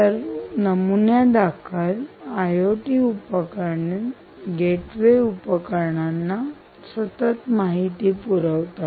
तर नमुन्यादाखल आयओटी उपकरणे गेटवे उपकरणांना सतत माहिती पुरवतात